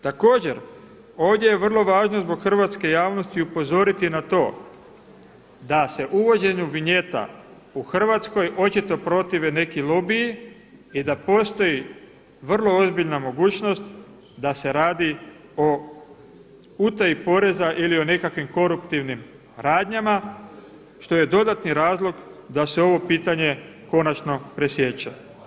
Također, ovdje je vrlo važno zbog hrvatske javnosti upozoriti na to da se uvođenju vinjeta u Hrvatskoj očito protive neki lobiji i da postoji vrlo ozbiljna mogućnost da se radi o utaji poreza ili o nekakvim koruptivnim radnjama što je dodatni razloga da se ovo pitanje konačno presječe.